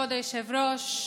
כבוד היושב-ראש,